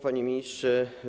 Panie Ministrze!